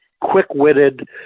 Quick-witted